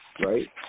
right